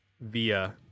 via